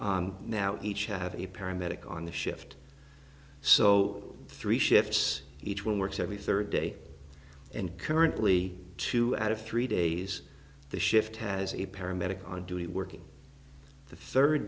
hires now each have a paramedic on the shift so three shifts each one works every third day and currently two out of three days the shift has a paramedic on do it working the third